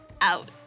out